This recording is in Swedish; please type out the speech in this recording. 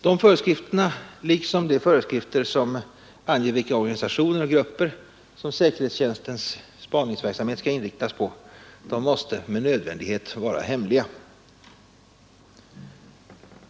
Dessa föreskrifter liksom de föreskrifter som anger vilka organisationer och grupper som säkerhetstjänstens spaningsverksamhet skall inriktas på måste med nödvändighet vara hemliga.